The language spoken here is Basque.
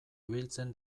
ibiltzen